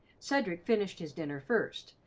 cedric finished his dinner first,